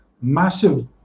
massive